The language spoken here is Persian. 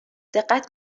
دقت